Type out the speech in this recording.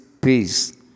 peace